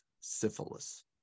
syphilis